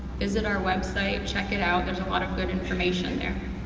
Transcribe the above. visit our website, check it out, there's a lot of good information there.